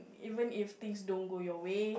even if things don't go your way